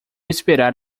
esperar